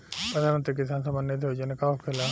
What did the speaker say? प्रधानमंत्री किसान सम्मान निधि योजना का होखेला?